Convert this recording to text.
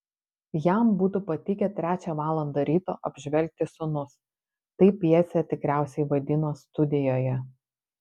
jam būtų patikę trečią valandą ryto apžvelgti sūnus taip pjesę tikriausiai vadino studijoje